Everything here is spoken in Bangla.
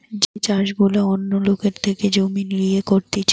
যে চাষ গুলা অন্য লোকের থেকে জমি লিয়ে করতিছে